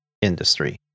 industry